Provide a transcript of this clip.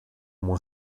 moins